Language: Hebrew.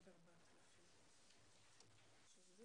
הצעה זו היא